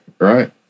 right